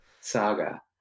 saga